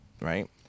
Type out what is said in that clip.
right